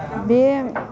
बे